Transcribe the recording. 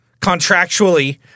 contractually